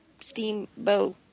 steamboat